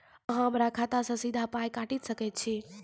अहॉ हमरा खाता सअ सीधा पाय काटि सकैत छी?